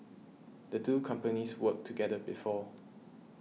the two companies worked together before